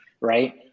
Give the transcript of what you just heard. right